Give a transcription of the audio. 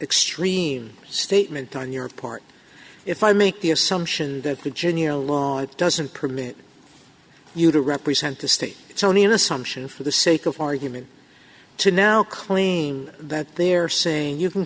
extreme statement on your part if i make the assumption that the junior doesn't permit you to represent the state it's only an assumption for the sake of argument to now claim that they're saying you can